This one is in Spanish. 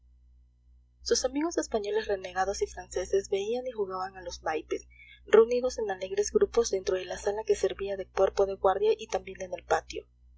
sus amigos españoles renegados y franceses bebían y jugaban a los naipes reunidos en alegres grupos dentro de la sala que servía de cuerpo de guardia y también en el patio